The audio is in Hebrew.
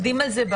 אז עובדים על זה.